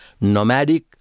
nomadic